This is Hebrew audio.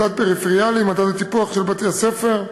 מדד פריפריאלי, מדד הטיפוח של בתי-הספר.